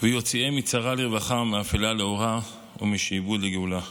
ויוציאם מצרה לרווחה ומאפלה לאורה ומשעבוד לגאולה.